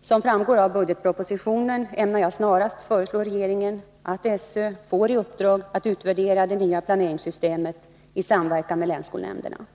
Som framgår av budgetpropositionen ämnar jag snarast föreslå regeringen att SÖ får i uppdrag att utvärdera det nya planeringssystemet i samverkan med länsskolnämnderna.